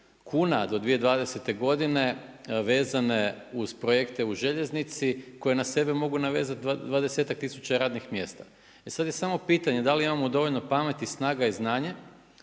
kuna do 2020. godine vezane uz projekte u željeznici koje na sebe mogu navezati 20-ak tisuća radnih mjesta. E sada je samo pitanje da li imamo dovoljno pameti, snaga i znanja